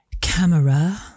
camera